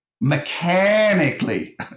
mechanically